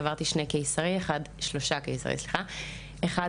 עברתי שלושה ניתוחים קיסריים,